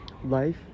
Life